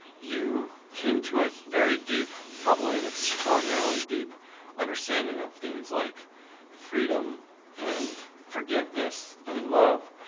you came to a very deep, probably an extraordinarily deep understanding of themes like freedom and forgiveness and love.